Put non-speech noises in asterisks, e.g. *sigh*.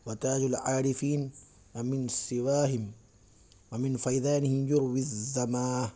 *unintelligible*